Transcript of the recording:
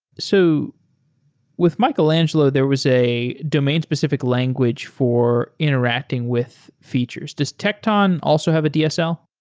so with michelangelo, there was a domain-specific language for interacting with features. does tecton also have a dsl?